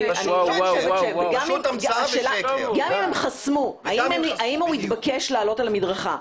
גם אם הם חסמו, האם הוא התבקש לעלות על המדרכה?